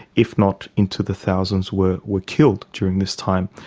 if not into the thousands, were were killed during this time.